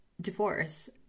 divorce